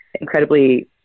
incredibly